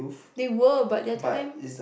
they were but their time